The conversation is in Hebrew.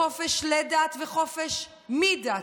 לחופש לדת ולחופש מדת,